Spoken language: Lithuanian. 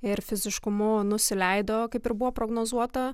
ir fiziškumu nusileido kaip ir buvo prognozuota